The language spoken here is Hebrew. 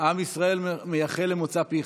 עם ישראל מייחל למוצא פיך.